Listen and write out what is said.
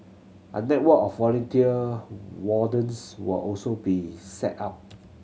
a network of volunteer wardens will also be set up